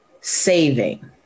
saving